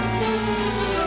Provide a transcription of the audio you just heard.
who